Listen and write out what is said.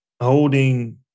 holding